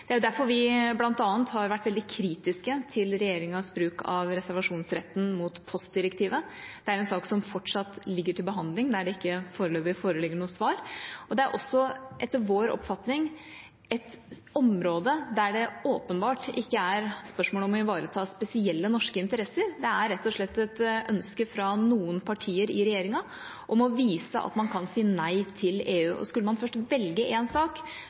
Det er derfor vi bl.a. har vært veldig kritiske til regjeringas bruk av reservasjonsretten mot postdirektivet. Det er en sak som fortsatt ligger til behandling, der det ikke foreløpig foreligger noe svar. Det er også etter vår oppfatning et område der det åpenbart ikke er spørsmål om å ivareta spesielle norske interesser. Det er rett og slett et ønske fra noen partier i regjeringa om å vise at man kan si nei til EU. Skulle man først velge en sak,